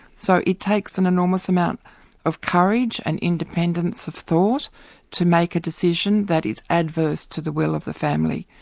so it takes an enormous amount of courage and independence of thought to make a decision that is adverse to the will of the family.